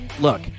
Look